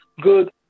good